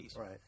Right